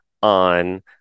on